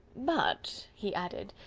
but, he added,